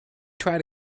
tried